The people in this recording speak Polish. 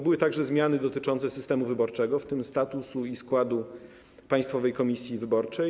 Były także zmiany dotyczące systemu wyborczego, w tym statusu i składu Państwowej Komisji Wyborczej.